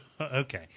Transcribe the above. okay